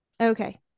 Okay